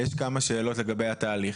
שאלות לגבי התהליך,